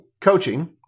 coaching